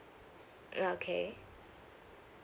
ya okay